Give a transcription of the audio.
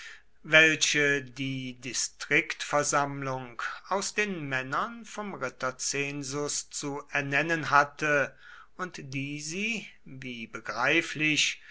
welche die distriktversammlung aus den männern vom ritterzensus zu ernennen hatte und die sie wie begreiflich